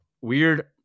weird